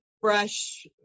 fresh